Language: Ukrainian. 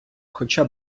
хоча